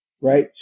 Right